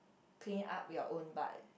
clean up your own butt